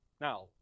Now